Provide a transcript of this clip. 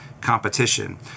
competition